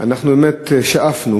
אנחנו באמת שאפנו,